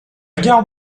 gare